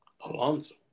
Alonso